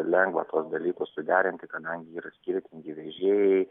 lengva tuos dalykus suderinti kadangi yra skirtingi vežėjai